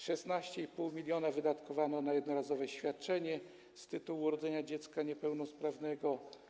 16,5 mln wydatkowano na jednorazowe świadczenie z tytułu urodzenia dziecka niepełnosprawnego.